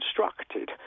constructed